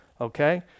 Okay